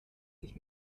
sich